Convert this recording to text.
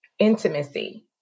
Intimacy